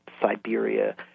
Siberia